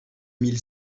mille